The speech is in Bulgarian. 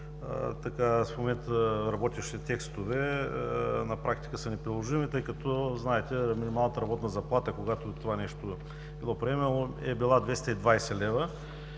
като в момента работещите текстове на практика са неприложими, защото, знаете, минималната работна заплата, когато това нещо е било приемано, е била 220 лв.